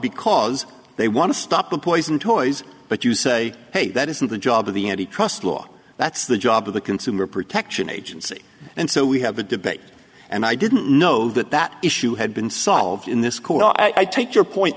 because they want to stop the poison toys but you say hey that isn't the job of the n t trust law that's the job of the consumer protection agency and so we have the debate and i didn't know that that issue had been solved in this call i take your point